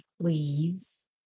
please